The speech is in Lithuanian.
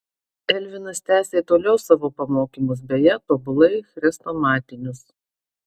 elvinas tęsė toliau savo pamokymus beje tobulai chrestomatinius